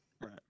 right